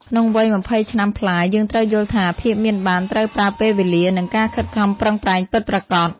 ក្នុងវ័យ ២០ ឆ្នាំប្លាយ យើងត្រូវយល់ថា "ភាពមានបានត្រូវប្រើពេលវេលា" និងការខិតខំប្រឹងប្រែងពិតប្រាកដ។